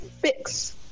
fix